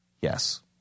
yes